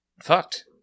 fucked